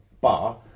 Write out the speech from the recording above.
bar